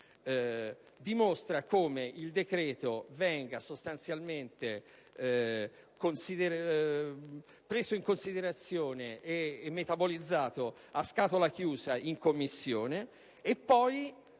dimostra come il decreto venga sostanzialmente preso in considerazione e metabolizzato a scatola chiusa in Commissione e poi